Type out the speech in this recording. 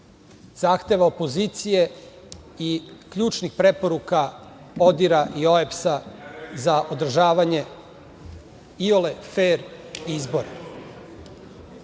zahteva opozicije i ključnih preporuka ODIHR-a i OEBS-a za održavanje iole fer izbora? Ako